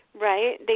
right